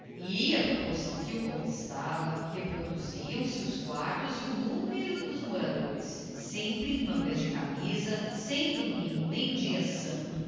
à proporção que o conquistava reproduziam se os quartos e o número de moradores sempre em mangas de camisa sem domingo nem dia santo